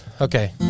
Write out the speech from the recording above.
Okay